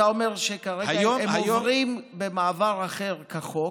אתה אומר שכרגע הם עוברים במעבר אחר כחוק,